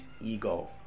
ego